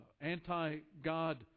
anti-God